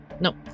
Nope